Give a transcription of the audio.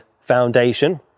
foundation